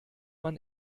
man